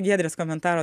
giedrės komentaro